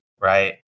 right